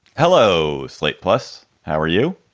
hello, slate, plus, how are you,